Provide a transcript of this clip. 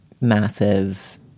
massive